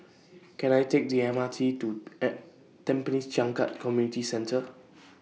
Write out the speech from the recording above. Can I Take The M R T to Tampines Changkat Community Centre